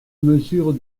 mesure